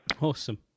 Awesome